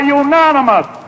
unanimous